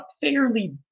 fairly